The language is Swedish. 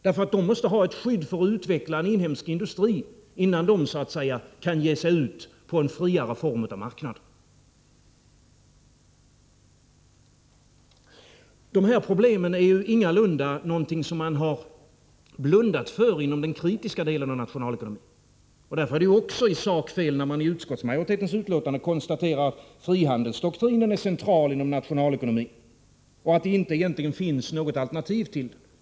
De måste ha ett skydd för att utveckla en inhemsk industri, innan de kan ge sig ut på en friare form av marknad. Dessa problem är ingalunda något som man har blundat för inom den kritiska delen av nationalekonomin. Därför är det också i sak fel när man i utskottsmajoritetens skrivning konstaterar att frihandelsdoktrinen är central inom nationalekonomin och att det egentligen inte finns något alternativ till den.